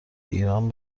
ایران